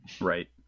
Right